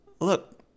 Look